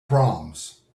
proms